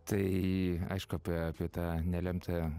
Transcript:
tai aišku apie apie tą nelemtą